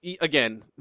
Again